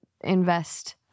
invest-